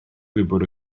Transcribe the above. gwybod